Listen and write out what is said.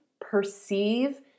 perceive